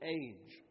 age